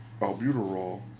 albuterol